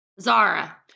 Zara